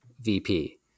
VP